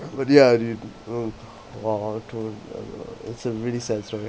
but ya !wow! to it's a really sad story